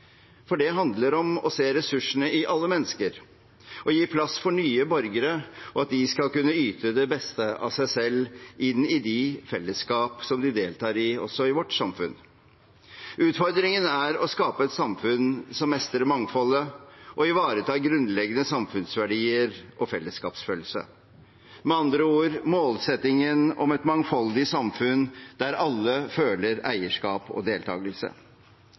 integrering. Det handler om å se ressursene i alle mennesker og å gi plass for nye borgere – og at de skal kunne yte det beste av seg selv inn i de fellesskap som de deltar i også i vårt samfunn. Utfordringen er å skape et samfunn som mestrer mangfoldet og ivaretar grunnleggende samfunnsverdier og fellesskapsfølelse – med andre ord: målsettingen om et mangfoldig samfunn der alle føler eierskap og